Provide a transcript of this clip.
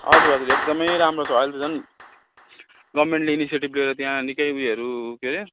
हजुर हजुर एकदमै राम्रो छ अहिले त झन् गभर्मेन्टले इनिसिएटिब लिएर त्यहाँ निकै उयोहरू के हरे